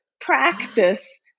practice